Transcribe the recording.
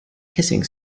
hissing